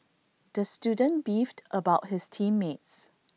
the student beefed about his team mates